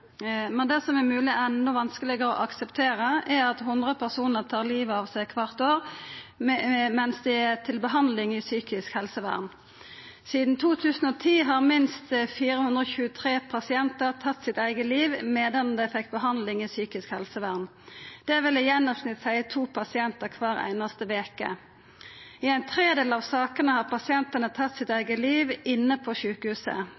men det som er om mogleg endå vanskelegare å akseptera, er at 100 personar tar livet av seg kvart år medan dei er til behandling i psykisk helsevern. Sidan 2010 har minst 423 pasientar tatt sitt eige liv medan dei fekk behandling i psykisk helsevern. Det vil i gjennomsnitt seie to pasientar kvar einaste veke. I ein tredel av sakene har pasientane tatt sitt eige liv inne på sjukehuset,